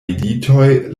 militoj